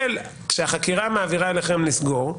כשהחקירה מעבירה אליכם תיקים לסגירה,